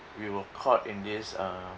we were caught in this uh